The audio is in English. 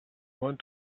want